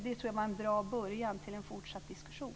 Det tror jag är en bra början till en fortsatt diskussion.